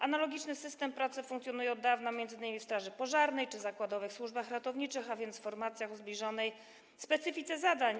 Analogiczny system pracy funkcjonuje od dawna m.in. w straży pożarnej czy w zakładowych służbach ratowniczych, a więc w formacjach o zbliżonej specyfice zadań.